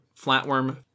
flatworm